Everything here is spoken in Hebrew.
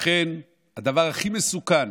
לכן, הדבר הכי מסוכן